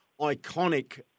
iconic